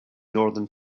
northern